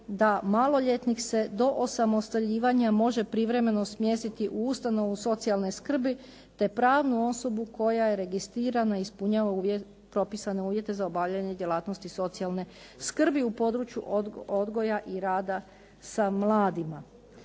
da maloljetnik se do osamostaljivanja može privremeno smjestiti u ustanovu socijalne skrbi, te pravnu osobu koja je registrirana i ispunjava propisane uvjete za obavljanje djelatnosti socijalne skrbi u području odgoja i rada sa mladima.